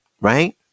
Right